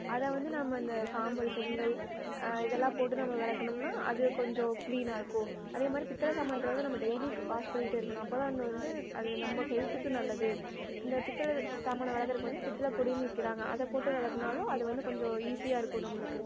அதை வந்து நம்ம இந்த சாம்பல் செங்கல் இதெல்லாம் போட்டு நம்ம வெளக்குனம்ன்னா அது கொஞ்சம் க்ளீனாக இருக்கும் அதேமாதிரி பித்தளை சாமான் நம்ம டெய்லிக் வாஷ் பண்ணிட்டு இருக்கனும் அப்போ தான் அந்த வந்து அது நம்ம ஹெல்த்துக்கு நல்லது இந்த பித்தளைது சாமானை வெளக்கறதுக்கு வந்து பித்தளை பொடின்னு விக்குறாங்க அதை போட்டு வெளக்குனாலும் அது வந்து கொஞ்சம் ஈஸியாக இருக்கும் நம்மளுக்கு